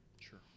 Sure